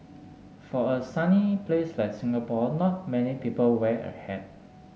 for a sunny place like Singapore not many people wear a hat